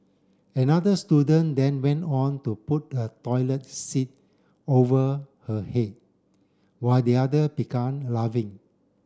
another student then went on to put a toilet seat over her head while the other began laughing